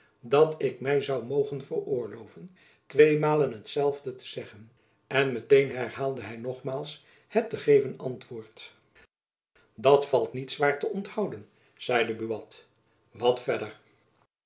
dat ik my zoû mogen veroorloven twee malen hetzelfde te zeggen en meteen herhaalde hy nogmaals het te geven antwoord dat valt niet zwaar te onthouden zeide buat wat verder